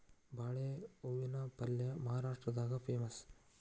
ಬಾಳೆ ಹೂವಿನ ಪಲ್ಯೆ ಮಹಾರಾಷ್ಟ್ರದಾಗ ಪೇಮಸ್